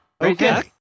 Okay